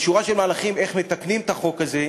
בשורה של מהלכים, איך מתקנים את החוק הזה,